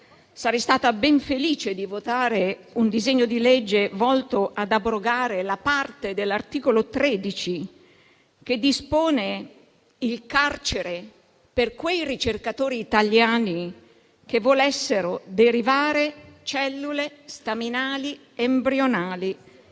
sarei stata ben felice di votare un disegno di legge volto ad abrogare la parte dell'articolo 13 che dispone il carcere per quei ricercatori italiani che volessero derivare cellule staminali embrionali